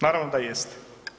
Naravno da jeste.